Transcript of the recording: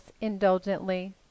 indulgently